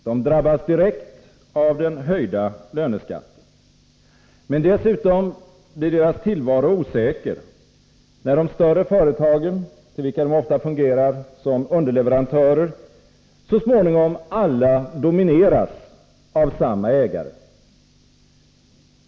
De drabbas direkt av den höjda löneskatten. Men dessutom blir deras tillvaro osäker, när de större företagen, till vilka de ofta fungerar som underleverantörer, så småningom alla domineras av samma ägare.